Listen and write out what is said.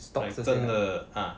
讲真的 ah